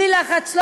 בלי לחץ,